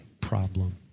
problem